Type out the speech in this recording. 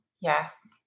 Yes